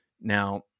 Now